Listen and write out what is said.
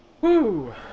Woo